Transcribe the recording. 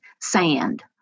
sand